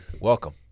Welcome